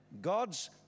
God's